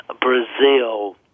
Brazil